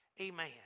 amen